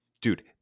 dude